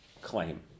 claim